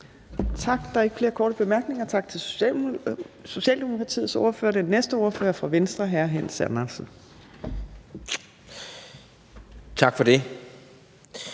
Tak for det.